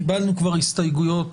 קיבלנו כבר הסתייגויות